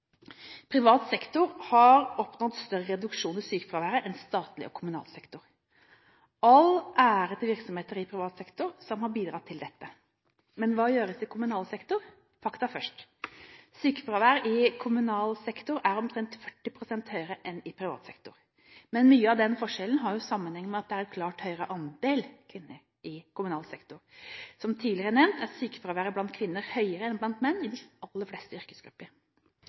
Privat sektor har oppnådd større reduksjon i sykefraværet enn statlig og kommunal sektor. All ære til virksomheter i privat sektor som har bidratt til dette. Men hva gjøres i kommunal sektor? Fakta først: Sykefraværet i kommunal sektor er omtrent 40 pst. høyere enn i privat sektor, men mye av den forskjellen har sammenheng med at det er en klart høyere andel kvinner i kommunal sektor. Som tidligere nevnt, er sykefraværet blant kvinner høyere enn blant menn i de aller fleste yrkesgrupper.